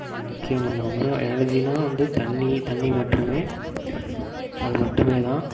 முக்கியமாக எனர்ஜினால் வந்து தண்ணி தண்ணி மற்றுமே அது மட்டும்தான்